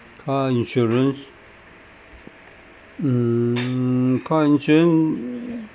car insurance mm car insurance